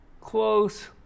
Close